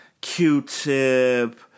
Q-Tip